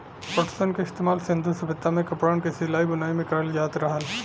पटसन क इस्तेमाल सिन्धु सभ्यता में कपड़न क सिलाई बुनाई में करल जात रहल